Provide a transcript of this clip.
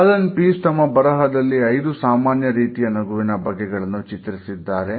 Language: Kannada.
ಅಲನ್ ಪೀಸ್ ತಮ್ಮ ಬರಹದಲ್ಲಿ ಐದು ಸಾಮಾನ್ಯ ರೀತಿಯ ನಗುವಿನ ಬಗೆಗಳನ್ನು ಚಿತ್ರಿಸಿದ್ದಾರೆ